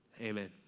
Amen